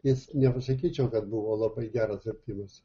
jis nepasakyčiau kad buvo labai geras vertimas